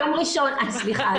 סליחה,